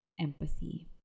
Empathy